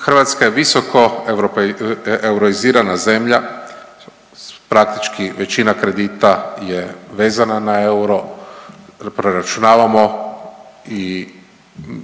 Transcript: Hrvatska je visoko euroizirana zemlja, praktički većina kredita je vezana na euro, preračunavamo i trošimo